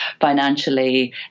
financially